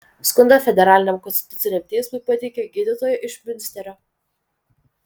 skundą federaliniam konstituciniam teismui pateikė gydytoja iš miunsterio